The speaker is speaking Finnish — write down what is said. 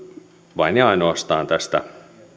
vain ja ainoastaan tästä